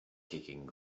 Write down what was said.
kicking